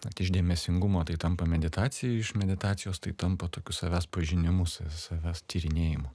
vat iš dėmesingumo tai tampa meditacija iš meditacijos tai tampa tokiu savęs pažinimu save savęs tyrinėjimu